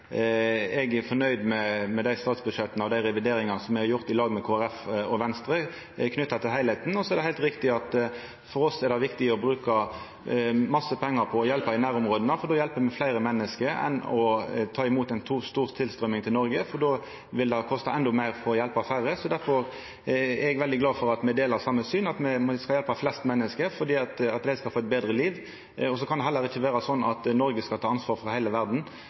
Eg er fornøgd med dei statsbudsjetta og dei revideringane me har gjort i lag med Kristeleg Folkeparti og Venstre. Det er heilt riktig at for oss er det viktig å bruka mykje pengar på å hjelpa i nærområda, for då hjelper me fleire menneske enn ved å ta imot ei stor tilstrøyming til Noreg – då vil det kosta endå meir å hjelpa færre. Difor er eg veldig glad for at me deler same syn, at me skal hjelpa flest menneske for at dei skal få eit betre liv. Det kan heller ikkje vera sånn at Noreg skal ta ansvar for heile verda